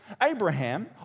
Abraham